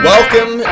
Welcome